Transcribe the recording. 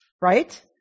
right